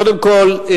קודם כול,